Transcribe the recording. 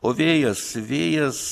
o vėjas vėjas